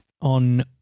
on